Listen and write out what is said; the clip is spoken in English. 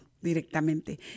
directamente